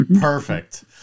perfect